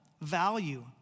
value